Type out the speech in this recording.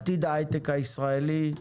עתיד ההיי-טק הישראלי,